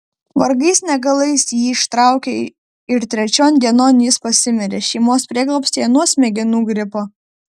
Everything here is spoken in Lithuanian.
vargais negalais jį ištraukė ir trečion dienon jis pasimirė šeimos prieglobstyje nuo smegenų gripo